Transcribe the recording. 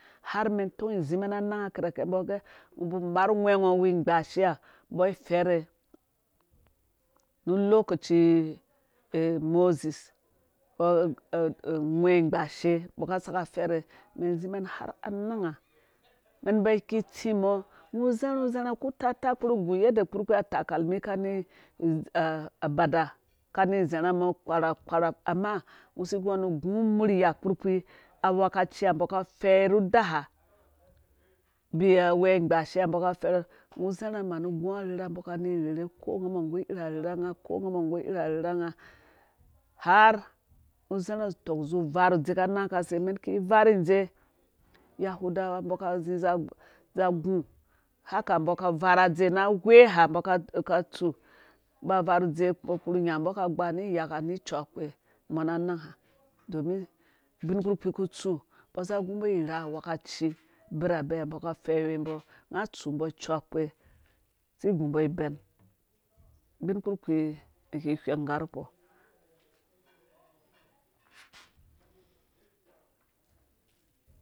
Har umɛn itɔng izi mɛn ra anang kirakɛ umbɔ agɛ umar ungwɛngo uwu ingbaashia umbɔ ai ifɛrhe nu olokoci moses ungwɛ ingbaashe umbɔ aka isaka afɛrhe umɛn izi mɛn har na anang ha umɛn ba ki itsi mɔ ugo uzarha uzarha kutata kpuru ugu uyende kpurkpi atakalmi kani abada kani izar ha mɔ kpɔ kpɔ ama ungo si iguɔ umurya kpurkpi. awakaci ha. umbɔ aka afɛyi nu uda ha awɛ ingbaashe umbo aka afɛr ungo uzarha manu ugu arherha umbɔ kani irherhe ko ungamɔ nggu iri arherhanga ko ungamɔ nggu iri arherhanga ko ungamɔ bggu iri. arherhanga harungo uzarha utɔng uzi uvar idzeka anang kase umɛn ki ivar indze yahudawa umbɔ ka zi za agu hake umbo avar adze na awee ha umbɔ ka tsu ba uvardze ungo kpuru umbɔ nya aka agba ni iyaka ni ciu akpe mɔ na anang ha domin ubin kpurkpi kutsu umbɔ aza agumbɔ ira awakaci birabɛ umbɔ aka afɛyiwe umbɔ unga atsu umbɔ aciu akpe si igumbɔ ibɛn ubin kpurkpi iki ihwɛmg ngarkpɔ